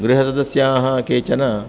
गृहसदस्याः केचन